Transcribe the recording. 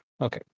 Okay